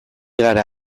gara